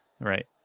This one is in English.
right